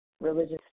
religious